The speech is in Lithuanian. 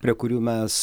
prie kurių mes